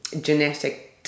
genetic